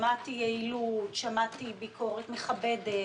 שמעתי יעילות, שמעתי ביקורת מכבדת.